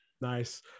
Nice